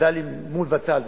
וד"ל מול ות"ל.